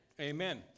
Amen